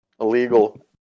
Illegal